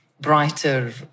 brighter